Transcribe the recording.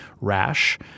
rash